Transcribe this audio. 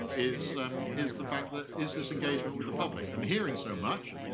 is um is the fact that, is this engagement with the public and hearing so much,